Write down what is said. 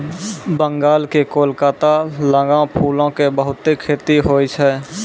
बंगाल के कोलकाता लगां फूलो के बहुते खेती होय छै